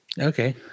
Okay